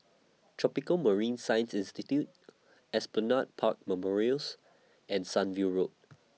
Tropical Marine Science Institute Esplanade Park Memorials and Sunview Road